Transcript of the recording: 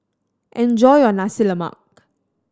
enjoy your Nasi Lemak